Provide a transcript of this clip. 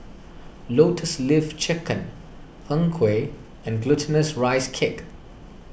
Lotus Leaf Chicken Png Kueh and Glutinous Rice Cake